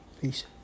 peace